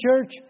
church